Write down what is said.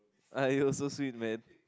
!aiyo! so sweet man